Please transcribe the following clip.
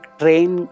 train